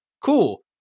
Cool